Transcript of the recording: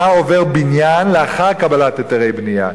מה עובר בניין לאחר קבלת היתרי בנייה.